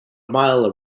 mile